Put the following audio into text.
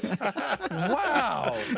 Wow